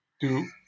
two